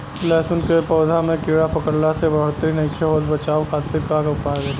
लहसुन के पौधा में कीड़ा पकड़ला से बढ़ोतरी नईखे होत बचाव खातिर का उपाय करी?